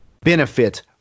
benefit